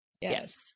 Yes